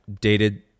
dated